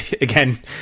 again